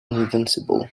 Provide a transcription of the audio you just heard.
invincible